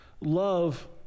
Love